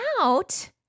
out